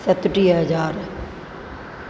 सतटीह हज़ार